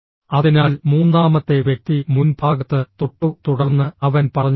അതിനാൽ മൂന്നാമത്തെ വ്യക്തി മുൻഭാഗത്ത് തൊട്ടു തുടർന്ന് അവൻ പറഞ്ഞു ഓ